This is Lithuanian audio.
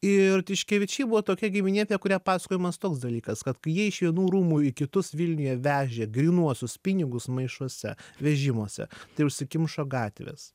ir tiškevičiai buvo tokia giminė apie kurią pasakojamas toks dalykas kad kai jie iš vienų rūmų į kitus vilniuje vežė grynuosius pinigus maišuose vežimuose tai užsikimšo gatvės